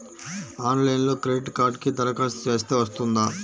ఆన్లైన్లో క్రెడిట్ కార్డ్కి దరఖాస్తు చేస్తే వస్తుందా?